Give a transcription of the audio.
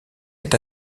est